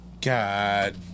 God